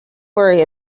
worry